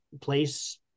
place